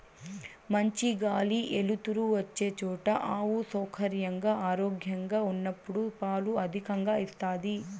మంచి గాలి ఎలుతురు వచ్చే చోట ఆవు సౌకర్యంగా, ఆరోగ్యంగా ఉన్నప్పుడు పాలు అధికంగా ఇస్తాది